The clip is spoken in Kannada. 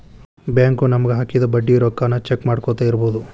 ಬ್ಯಾಂಕು ನಮಗ ಹಾಕಿದ ಬಡ್ಡಿ ರೊಕ್ಕಾನ ಚೆಕ್ ಮಾಡ್ಕೊತ್ ಇರ್ಬೊದು